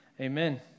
amen